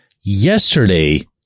Yesterday